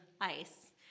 ice